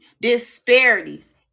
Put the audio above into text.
disparities